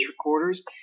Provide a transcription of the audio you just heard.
recorders